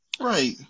Right